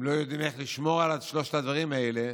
אם לא יודעים איך לשמור על שלושת הדברים האלה,